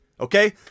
Okay